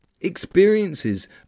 Experiences